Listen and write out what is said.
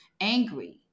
angry